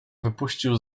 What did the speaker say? wypuścił